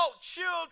children